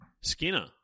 Skinner